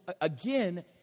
again